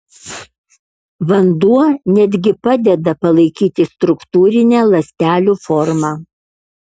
vanduo net gi padeda palaikyti struktūrinę ląstelių formą